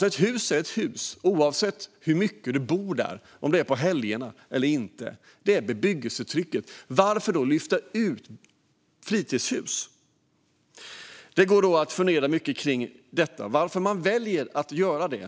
Ett hus är ett hus, oavsett hur mycket du bor där och oavsett om det är på helgerna eller inte. Det handlar om bebyggelsetrycket. Varför då lyfta ut fritidshus? Det går att fundera mycket på varför man väljer att göra detta.